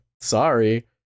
sorry